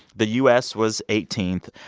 the u s was eighteenth.